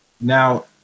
now